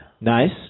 Nice